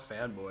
Fanboy